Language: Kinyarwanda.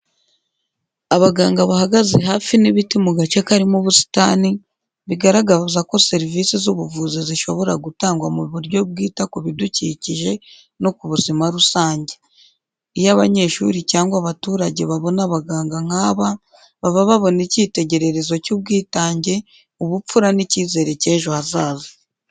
Abaganga bahagaze hafi n'ibiti mu gace karimo ubusitani, bigaragaza ko serivisi z’ubuvuzi zishobora gutangwa mu buryo bwita ku bidukikije no ku buzima rusange. Iyo abanyeshuri cyangwa abaturage babona abaganga nk’aba, baba babona icyitegererezo cy’ubwitange, ubupfura n’icyizere cy’ejo hazaza.